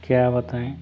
क्या बताएँ